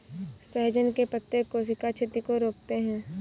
सहजन के पत्ते कोशिका क्षति को रोकते हैं